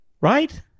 Right